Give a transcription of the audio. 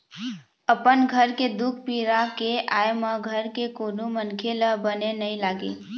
अपन घर के दुख पीरा के आय म घर के कोनो मनखे ल बने नइ लागे